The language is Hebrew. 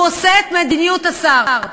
הוא עושה את מדיניות השר.